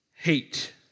Hate